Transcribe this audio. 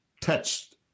touched